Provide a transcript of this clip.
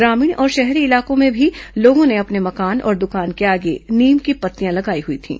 ग्रामीण और शहरी इलाकों में भी लोगों ने अपने मकान और दुकान के आगे नीम की पत्तियां लगाई हुई थीं